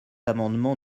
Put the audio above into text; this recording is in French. amendement